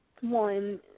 One